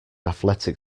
athletic